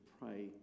pray